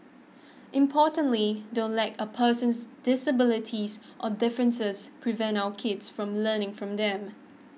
importantly don't let a person's disabilities or differences prevent your kids from learning from them